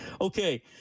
Okay